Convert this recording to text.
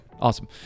awesome